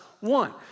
one